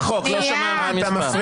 אני יושב רחוק, לא שומע את המספר.